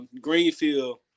Greenfield